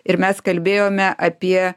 ir mes kalbėjome apie